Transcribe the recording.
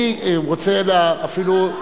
אני רוצה אפילו,